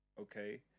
okay